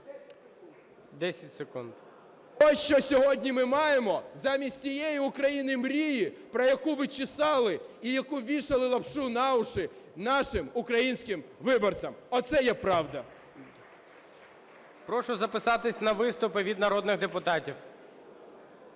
О.О. Ось, що сьогодні ми маємо замість тієї України мрії, про яку ви "чесали" і яку вішали лапшу на вуха нашим українським виборцям. Оце є правда! ГОЛОВУЮЧИЙ. Прошу записатися на виступи від народних депутатів.